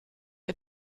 ihr